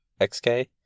XK